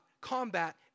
combat